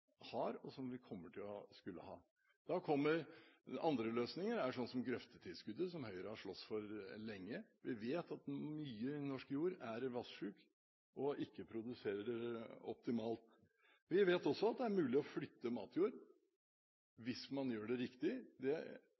og som vi kommer til å skulle ha. Andre løsninger er f.eks. grøftetilskuddet, som Høyre har slåss for lenge. Vi vet at mye norsk jord er vassjuk og ikke produserer optimalt. Vi vet også at det er mulig å flytte matjord hvis man gjør det riktig. – Jeg ser at tidligere statsråd ikke er helt enig i det, men det